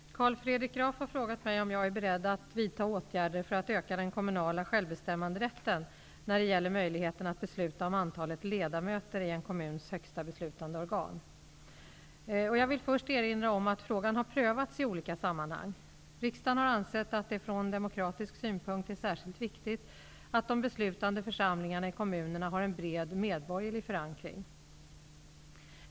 Herr talman! Carl Fredrik Graf har frågat mig om jag är beredd att vidta åtgärder för att öka den kommunala självbestämmanderätten när det gäller möjligheten att besluta om antalet ledamöter i en kommuns högsta beslutande organ. Jag vill först erinra om att frågan har prövats i olika sammanhang. Riksdagen har ansett att det från demokratisk synpunkt är särskilt viktigt att de beslutande församlingarna i kommunerna har en bred medborgerlig förankring.